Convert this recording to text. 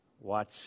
watch